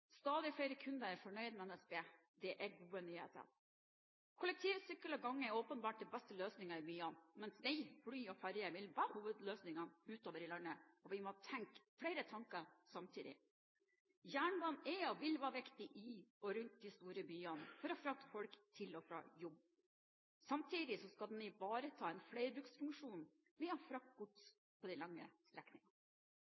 stadig flere kunder er fornøyd med NSB – det er gode nyheter. Kollektivtransport, sykling og gange er åpenbart de beste løsningene i byene, mens vei, fly og ferjer vil være hovedløsningen utover i landet. Vi må tenke flere tanker samtidig. Jernbanen er og vil være viktig i og rundt de store byene for å frakte folk til og fra jobb. Samtidig skal den ivareta en flerbruksfunksjon ved å frakte gods